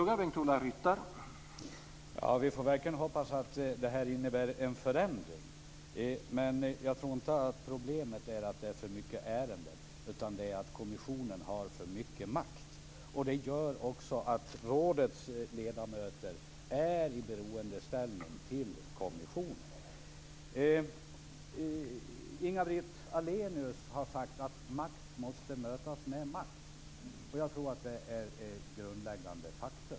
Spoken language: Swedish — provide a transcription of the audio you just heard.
Herr talman! Vi får verkligen hoppas att detta innebär en förändring. Men jag tror inte att problemet är att det är för många ärenden, utan att kommissionen har för mycket makt. Det gör också att rådets ledamöter står i beroendeställning till kommissionen. Inga-Britt Ahlenius har sagt att makt måste mötas med makt. Jag tror att det är ett grundläggande faktum.